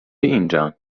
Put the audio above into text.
اینجان